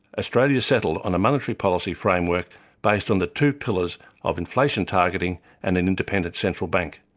australia settled on a monetary policy framework based on the two pillars of inflation targeting, and an independent central bank.